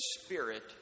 spirit